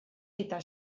eta